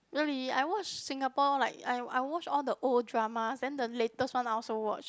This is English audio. really I watch Singapore like I I watch all the old drama then the latest one I also watch